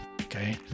okay